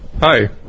Hi